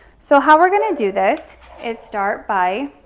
so how we're gonna do this is start by